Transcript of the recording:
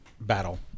battle